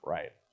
Right